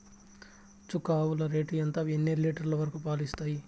చుక్క ఆవుల రేటు ఎంత? అవి ఎన్ని లీటర్లు వరకు పాలు ఇస్తాయి?